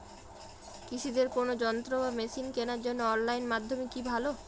কৃষিদের কোন যন্ত্র বা মেশিন কেনার জন্য অনলাইন মাধ্যম কি ভালো?